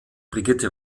brigitte